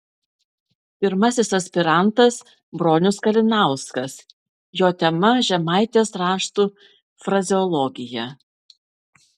pirmasis aspirantas bronius kalinauskas jo tema žemaitės raštų frazeologija